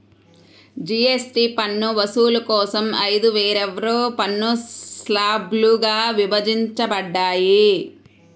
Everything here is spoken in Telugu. జీఎస్టీ పన్ను వసూలు కోసం ఐదు వేర్వేరు పన్ను స్లాబ్లుగా విభజించబడ్డాయి